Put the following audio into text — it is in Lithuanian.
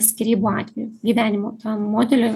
bet skyrybų atveju gyvenimo tą modelį